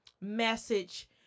message